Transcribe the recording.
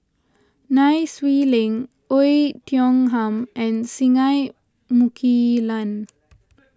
Nai Swee Leng Oei Tiong Ham and Singai Mukilan